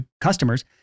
customers